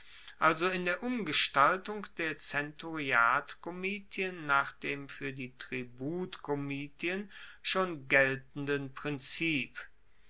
also in der umgestaltung der zenturiatkomitien nach dem fuer die tributkomitien schon geltenden prinzip